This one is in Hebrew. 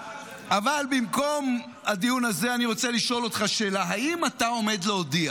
אבל במקום הדיון הזה אני רוצה לשאול אותך שאלה: האם אתה עומד להודיע